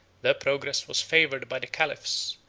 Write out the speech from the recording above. their progress was favored by the caliphs,